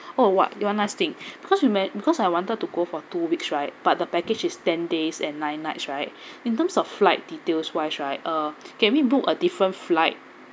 oh what one last thing because you men~ because I wanted to go for two weeks right but the package is ten days and nine nights right in terms of flight details wise right uh can we book a different flight